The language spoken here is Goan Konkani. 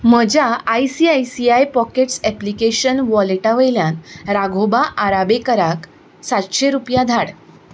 म्हज्या आयसीआयसीआय पॉकेट्स ऍप्लिकेशन वॉलेटा वयल्यान राघोबा आराबेकाराक सातशीं रुपया धाड